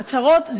הצהרות,